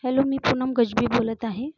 hello मी पूनम गजबे बोलत आहे